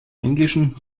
englischen